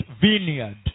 vineyard